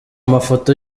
mafoto